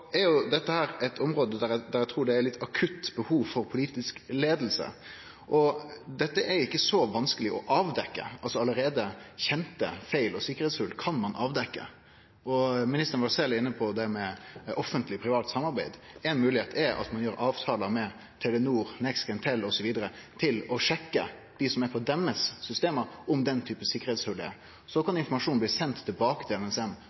er dette eit område der eg trur det er akutt behov for politisk leiing. Dette er ikkje så vanskeleg å avdekkje, allereie kjende feil og sikkerheitshol kan ein avdekkje. Ministeren var sjølv inne på offentleg-privat samarbeid. Ei moglegheit er at ein gjer avtaler med Telenor, NextGenTel osv. om å sjekke det som er på deira system, om den typen sikkerheitshol er der. Så kan informasjonen bli send tilbake til NSM,